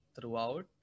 throughout